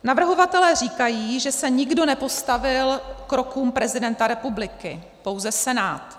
Navrhovatelé říkají, že se nikdo nepostavil krokům prezidenta republiky, pouze Senát.